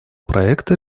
проекта